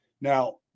Now